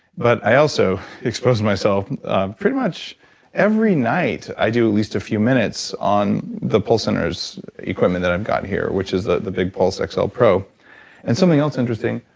but i also expose myself pretty much every night i do at least a few minutes on the pulse center's equipment that i've got here which is the the big pulse xl like so pro and something else interesting,